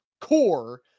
core